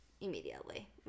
immediately